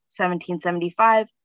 1775